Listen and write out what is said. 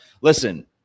listen